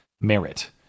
merit